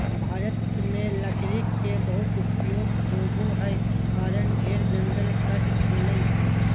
भारत में लकड़ी के बहुत उपयोग होबो हई कारण ढेर जंगल कट गेलय हई